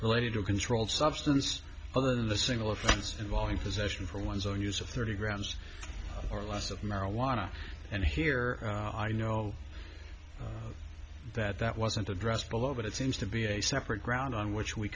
related to a controlled substance or the single offense involving possession for one's own use of thirty grams or less of marijuana and here i know that that wasn't addressed below but it seems to be a separate ground on which we